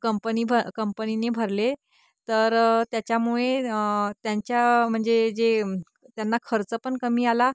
company भ कंपनीने भरले तर त्याच्यामुळे त्यांच्या म्हणजे जे त्यांना खर्च पण कमी आला